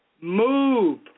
move